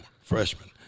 freshman